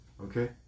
Okay